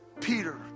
Peter